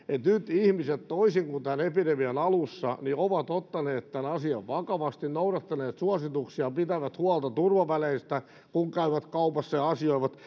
ihmiset nyt toisin kuin tämän epidemian alussa ovat ottaneet tämän asian vakavasti noudattaneet suosituksia pitävät huolta turvaväleistä kun käyvät kaupassa ja asioivat